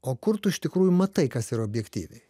o kur tu iš tikrųjų matai kas yra objektyviai